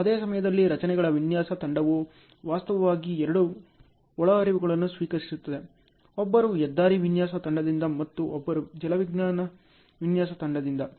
ಅದೇ ಸಮಯದಲ್ಲಿ ರಚನೆಗಳ ವಿನ್ಯಾಸ ತಂಡವು ವಾಸ್ತವವಾಗಿ ಎರಡು ಒಳಹರಿವುಗಳನ್ನು ಸ್ವೀಕರಿಸುತ್ತಿದೆ ಒಬ್ಬರು ಹೆದ್ದಾರಿ ವಿನ್ಯಾಸ ತಂಡದಿಂದ ಮತ್ತು ಒಬ್ಬರು ಜಲವಿಜ್ಞಾನ ವಿನ್ಯಾಸ ತಂಡದಿಂದ